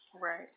Right